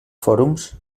fòrums